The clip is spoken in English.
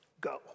Go